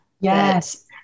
Yes